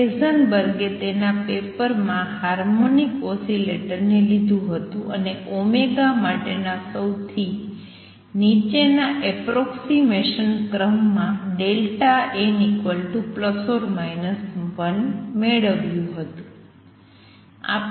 Heisenberg એ તેના paper માં હાર્મોનિક ઓસિલેટર ને લીધું હતું અને માટેના સૌથી નીચેના એપ્રોક્ષિમેસન ક્રમ માં n ±1 મેળવિયું હતું